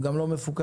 הן גם לא מפוקחות?